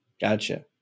Gotcha